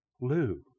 Lou